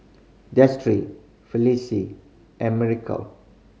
Destry Felice and Miracle